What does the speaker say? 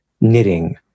knitting